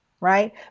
right